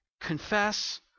Confess